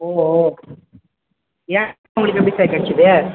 ஓஹோ என் நம்பர் உங்களுக்கு எப்படி சார் கிடச்சிது